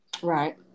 right